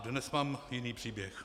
Dnes mám jiný příběh.